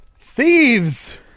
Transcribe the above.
Thieves